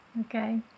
Okay